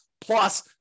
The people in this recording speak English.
plus